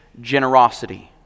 generosity